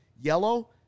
Yellow